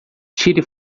tire